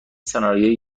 سناریویی